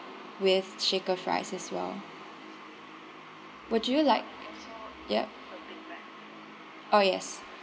with shaker fries as well would you like yup oh yes